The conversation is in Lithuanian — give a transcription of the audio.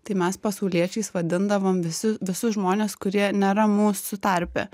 tai mes pasauliečiais vadindavom visi visus žmones kurie nėra mūsų tarpe